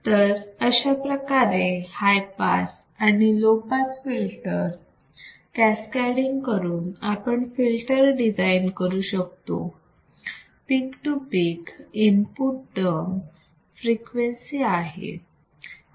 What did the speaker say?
तर अशाप्रकारे high pass आणि low pass filter cascading cascading करून आपण फिल्टर डिझाईन करू शकतो peak to peak input term frequency आहे